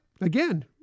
again